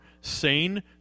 sane